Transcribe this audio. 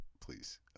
Please